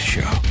Show